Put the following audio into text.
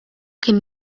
kien